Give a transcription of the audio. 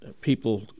people